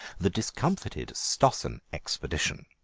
the discomfited stossen expedition,